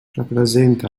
representa